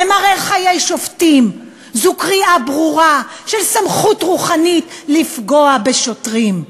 "למרר חיי שופטים" זו קריאה ברורה של סמכות רוחנית לפגוע בשוטרים.